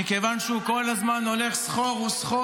מכיוון שהוא כל הזמן הולך סחור-סחור